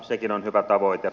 sekin on hyvä tavoite